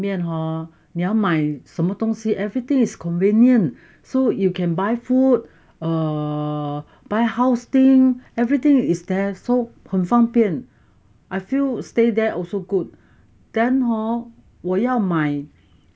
面 hor 你要买什么东西 everything is convenient so you can buy food err buy house thing everything is there so 很方便 I feel stay there also good then hor 我要买